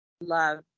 love